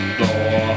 door